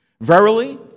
Verily